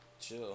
Chill